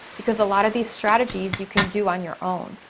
because a lot of these strategies you can do on your own.